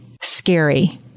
scary